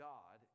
God